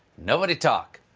nobody talk.